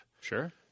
Sure